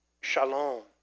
Shalom